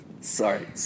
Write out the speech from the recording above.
Sorry